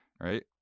right